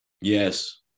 Yes